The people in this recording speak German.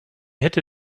hätte